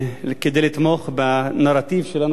כדי לתמוך בנרטיב שלנו,